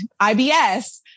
IBS